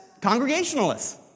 Congregationalists